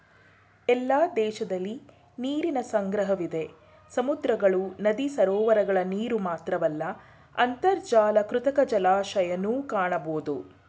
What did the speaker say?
ಎಲ್ಲ ದೇಶದಲಿ ನೀರಿನ ಸಂಗ್ರಹವಿದೆ ಸಮುದ್ರಗಳು ನದಿ ಸರೋವರಗಳ ನೀರುಮಾತ್ರವಲ್ಲ ಅಂತರ್ಜಲ ಕೃತಕ ಜಲಾಶಯನೂ ಕಾಣಬೋದು